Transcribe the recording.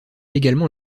également